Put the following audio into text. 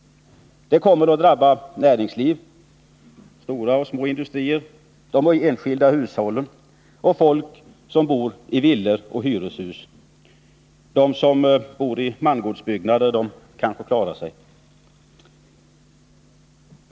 Det kommer att drabba näringsliv, stora och små industrier, de enskilda hushållen och folk som bor i villor och i hyreshus. De som bor i mangårdsbyggnader kanske klarar sig.